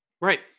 Right